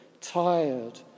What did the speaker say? tired